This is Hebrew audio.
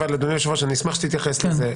אשמח שתתייחס לזה,